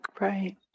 right